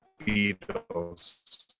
Beatles